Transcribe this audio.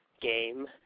game